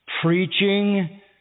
preaching